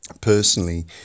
personally